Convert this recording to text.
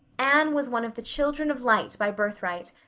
anne was one of the children of light by birthright.